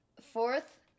Fourth